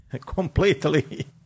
completely